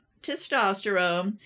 testosterone